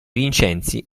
vincenzi